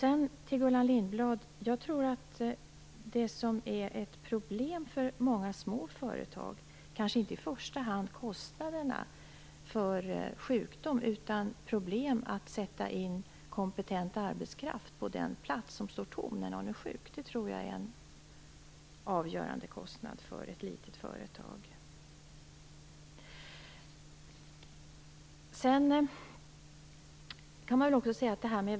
Till Gullan Lindblad vill jag säga att jag tror att det som är ett problem för många små företag kanske inte i första hand är kostnaderna för sjukdom utan svårigheten att sätta in kompetent arbetskraft på den plats som står tom när någon är sjuk. Det tror jag är en avgörande kostnad för ett litet företag.